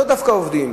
לא דווקא עובדים,